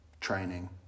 training